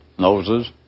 Noses